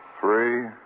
Three